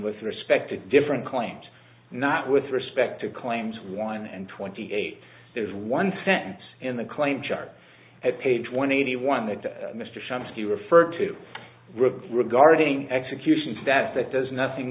with respect to different claims not with respect to claims one and twenty eight is one sentence in the claim chart at page one eighty one that mr shrum to be referred to regarding executions that that does nothing